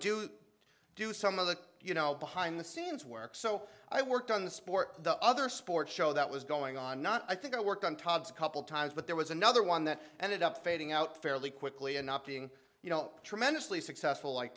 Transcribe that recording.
do do some of the you know behind the scenes work so i worked on the sport the other sports show that was going on not i think i worked on togs a couple times but there was another one that ended up fading out fairly quickly and not being you know tremendously successful like